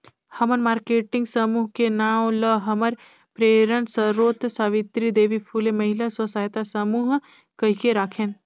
हमन मारकेटिंग समूह के नांव ल हमर प्रेरन सरोत सावित्री देवी फूले महिला स्व सहायता समूह कहिके राखेन